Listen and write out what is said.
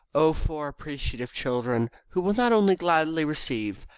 oh, for appreciative children, who will not only gladly receive,